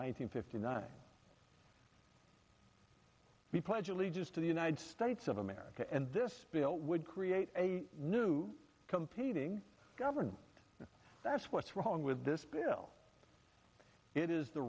thousand fifty nine we pledge allegiance to the united states of america and this bill would create a new competing government that's what's wrong with this bill it is the